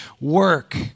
work